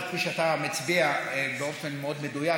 כפי שאתה מצביע באופן מאוד מדויק,